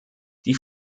die